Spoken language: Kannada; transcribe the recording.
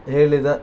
ಹೇಳಿದ